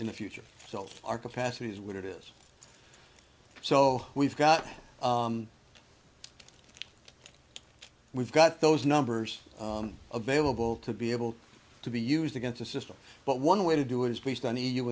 in the future so our capacity is what it is so we've got we've got those numbers available to be able to be used against a system but one way to do it is based on e u